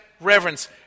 reverence